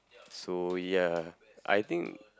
so ya I think